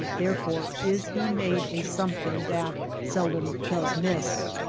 there fore is he made a something that seldom does miss.